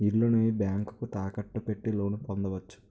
ఇల్లుని బ్యాంకుకు తాకట్టు పెట్టి లోన్ పొందవచ్చు